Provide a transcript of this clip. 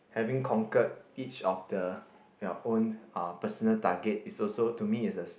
having conquered each of the your own uh personal target is also to me is a